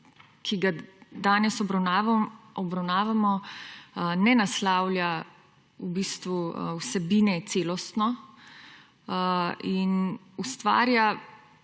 ki ga danes obravnavamo, ne naslavlja v bistvu vsebine celostno in ustvarja,